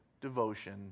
devotion